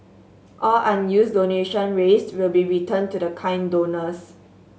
all unused donations raised will be returned to the kind donors